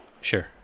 Sure